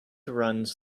runs